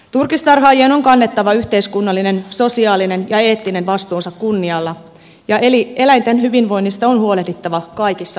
turkistarhaajien on kannettava yhteiskunnallinen sosiaalinen ja eettinen vastuunsa kunnialla ja eläinten hyvinvoinnista on huolehdittava kaikissa olosuhteissa